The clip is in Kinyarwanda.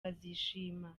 bazishima